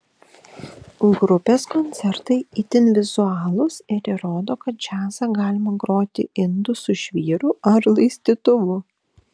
grupės koncertai itin vizualūs ir įrodo kad džiazą galima groti indu su žvyru ar laistytuvu